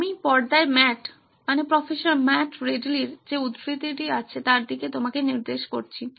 আমি পর্দায় Matt professor Matt রিডলির যে উদ্ধৃতিটি আছে তার দিকে তোমাকে নির্দেশ করছি